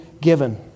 given